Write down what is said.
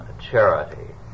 charity